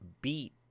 beat